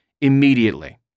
immediately